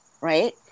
right